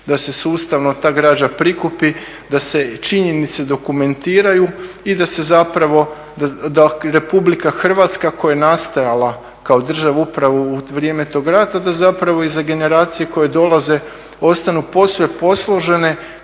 da se sustavno ta građa prikupi, da se činjenice dokumentiraju i da se zapravo, da RH koja je nastajala kao država upravo u vrijeme tog rata da zapravo i za generacije koje dolaze ostanu posve posložene